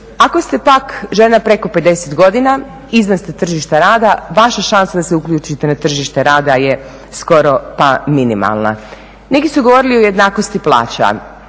Ako ste pak žena preko 50 godina, izvan ste tržišta rada, vaša šansa da se uključite na tržište rada je skoro pa minimalna. Neki su govorili o jednakosti plaća,